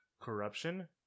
corruption